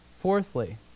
Fourthly